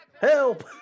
help